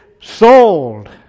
sold